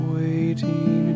waiting